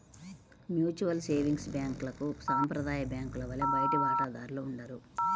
mutual savings బ్యాంక్లకు సాంప్రదాయ బ్యాంకుల వలె బయటి వాటాదారులు ఉండరు